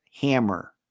hammer